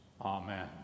Amen